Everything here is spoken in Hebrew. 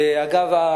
אגב,